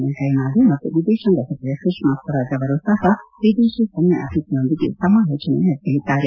ವೆಂಕಯ್ಯನಾಯ್ಡು ಮತ್ತು ವಿದೇಶಾಂಗ ಸಚಿವೆ ಸುಷ್ಮಾ ಸ್ವರಾಜ್ ಅವರೂ ಸಹ ವಿದೇಶಿ ಗಣ್ಯ ಅತಿಥಿಯೊಂದಿಗೆ ಸಮಾಲೋಚನೆ ನಡೆಸಲಿದ್ದಾರೆ